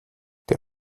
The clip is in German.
der